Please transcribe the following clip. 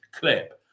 clip